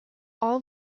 all